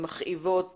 המכאיבות